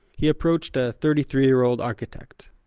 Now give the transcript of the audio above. he approached a thirty-three-year-old architect,